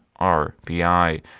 RBI